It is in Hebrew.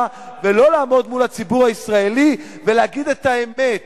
ולא לעמוד מול הציבור הישראלי ולהגיד את האמת: